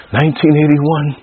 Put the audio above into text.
1981